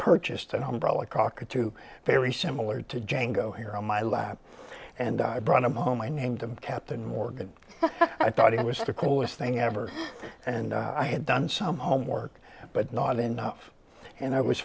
purchased an umbrella cockatoo very similar to django here on my lap and i brought him home i named him captain morgan i thought it was the coolest thing ever and i had done some homework but not enough and i was